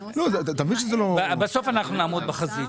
הנוסח למעט --- בסוף אנחנו נעמוד בחזית,